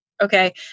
okay